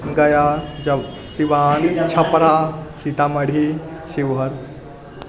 Gaya Siwan Chhapra Sitamarhi Sheohar